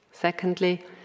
Secondly